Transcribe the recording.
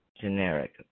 generic